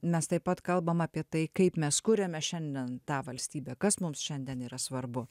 mes taip pat kalbam apie tai kaip mes kuriame šiandien tą valstybę kas mums šiandien yra svarbu